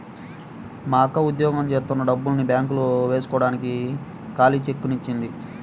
మా అక్క ఉద్యోగం జేత్తన్న డబ్బుల్ని బ్యేంకులో వేస్కోడానికి ఖాళీ చెక్కుని ఇచ్చింది